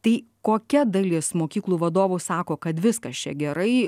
tai kokia dalis mokyklų vadovų sako kad viskas čia gerai